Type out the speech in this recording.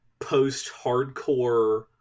post-hardcore